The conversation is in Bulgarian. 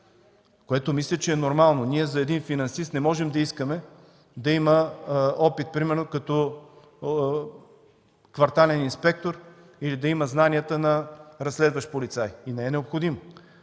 което мисля, че е нормално. За един финансист ние не можем да искаме примерно да има опит като квартален инспектор или да има знанията на разследващ полицай. И не е необходимо.